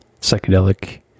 psychedelic